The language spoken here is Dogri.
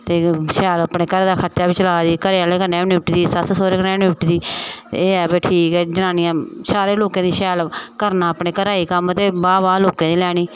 ते शैल अपने घरै दा खर्चा बी चला दी घरै आह्लै कन्नै बी निपटदी सस्स सौह्रे कन्ने बी निपटदी एह् ऐ भाई ठीक ऐ जनानियां सारें लोकें दी शैल करना अपने घरा दे कम्म ते वाह् वाह् लोकें दी लैनी